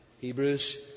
Hebrews